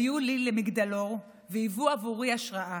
היו לי למגדלור והיוו עבורי השראה.